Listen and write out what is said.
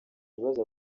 bibazo